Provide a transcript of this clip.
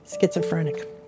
schizophrenic